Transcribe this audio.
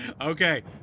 okay